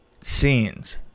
scenes